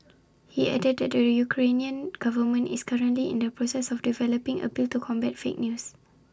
he added that the Ukrainian government is currently in the process of developing A bill to combat fake news